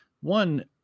one